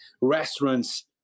Restaurants